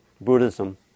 Buddhism